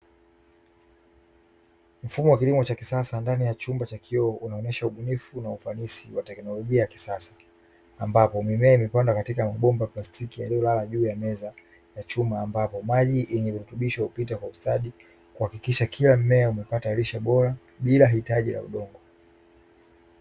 Mfumo wa kilimo cha kisasa ndani ya chumba cha kioo unaonyesha ubunifu na ufanisi wa teknolojia ya kisasa. ambapo mimea iliyopandwa katika mabomba ya plastiki yaliyolala juu ya meza ya chuma ambapo maji yenye virutubisho hupita katikati kuhakikisha kila mmea unapata lishe bora bila hitaji la udongo.